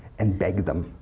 and beg them.